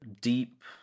deep